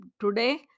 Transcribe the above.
today